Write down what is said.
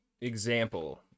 example